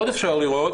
עוד אפשר לראות,